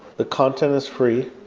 the content is free.